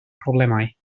problemau